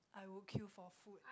I would queue for food